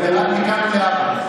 זה רק מכאן ולהבא.